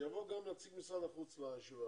שיבוא גם נציג משרד החוץ לישיבת